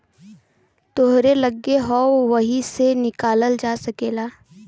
तोहरे लग्गे हौ वही से निकालल जा सकेला